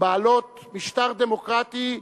בעלות משטר דמוקרטי,